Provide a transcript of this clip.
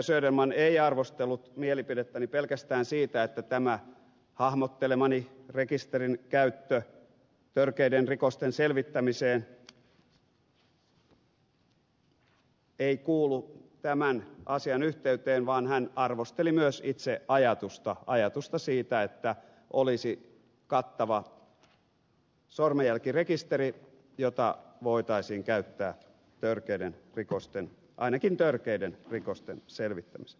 söderman ei arvostellut mielipidettäni pelkästään siitä että tämän hahmottelemani rekisterin käyttö törkeiden rikosten selvittämiseen ei kuulu tämän asian yh teyteen vaan hän arvosteli myös itse ajatusta ajatusta siitä että olisi kattava sormenjälkirekisteri jota voitaisiin käyttää ainakin törkeiden rikosten selvittämiseen